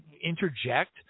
interject